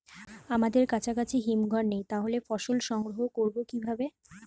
আমাদের কাছাকাছি হিমঘর নেই তাহলে ফসল সংগ্রহ করবো কিভাবে?